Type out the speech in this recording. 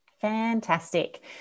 fantastic